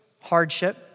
hardship